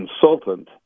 consultant